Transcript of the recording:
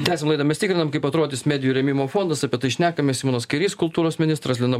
tęsiam laidą mes tikrinam kaip atrodys medijų rėmimo fondas apie tai šnekame simonas kairys kultūros ministras lina